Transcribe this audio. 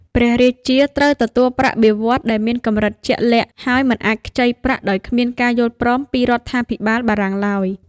ព្រះរាជាត្រូវទទួលប្រាក់បៀវត្សដែលមានកម្រិតជាក់លាក់ ហើយមិនអាចខ្ចីប្រាក់ដោយគ្មានការយល់ព្រមពីរដ្ឋាភិបាលបារាំងឡើយ។